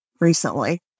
recently